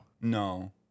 no